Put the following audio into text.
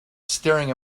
staring